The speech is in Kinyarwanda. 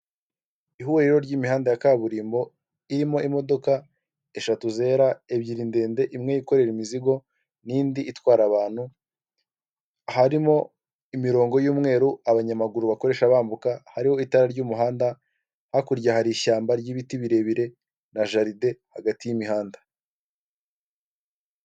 Ihuriro ry'imihanda ya kaburimbo irimo imodoka eshatu zera ebyiri ndende imwe yikorera imizigo n'indi itwara abantu, harimo imirongo y'umweru abanyamaguru bakoresha bambuka hariho itara ry'umuhanda, hakurya hari ishyamba ry'ibiti birebire na jaride hagati y'imihanda.